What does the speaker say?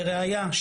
לראיה,